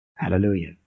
Hallelujah